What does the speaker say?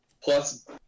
plus